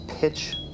pitch